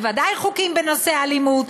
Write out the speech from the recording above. בוודאי חוקים בנושא אלימות,